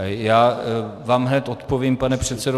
Já vám hned odpovím, pane předsedo.